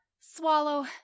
Swallow